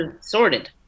sorted